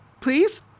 Please